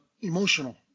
emotional